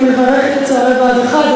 אני מברכת את צוערי בה"ד 1,